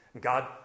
God